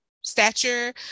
stature